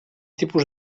tipus